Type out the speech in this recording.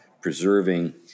preserving